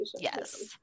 Yes